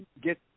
get